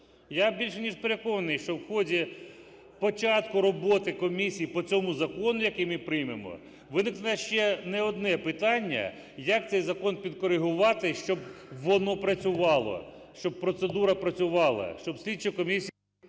Я більше ніж переконаний, що в ході початку роботи комісії по цьому закону, який ми приймемо, виникне ще не одне питання, як цей закон підкорегувати, щоб воно працювало, щоб процедура працювала, щоб слідчі комісії…